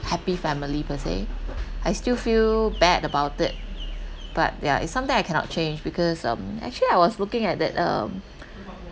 happy family per se I still feel bad about it but yeah is something I cannot change because um actually I was looking at that um